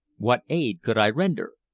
what aid could i render?